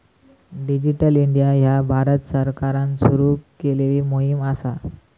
digital India ह्या भारत सरकारान सुरू केलेली मोहीम असा